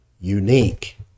unique